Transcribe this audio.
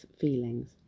feelings